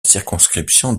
circonscription